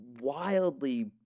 wildly